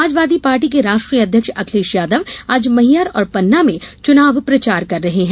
Samajwadi Party के राष्ट्रीय अध्यक्ष अखिलेश यादव आज मैहर और पन्ना में चुनाव प्रचार कर रहे हैं